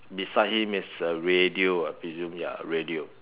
beside him is a radio ah I presume ya radio